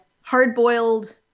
hard-boiled